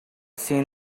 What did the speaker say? seen